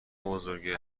بزرگه